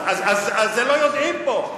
אז את זה לא יודעים פה.